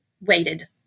waited